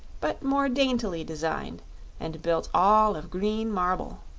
but more daintily designed and built all of green marble.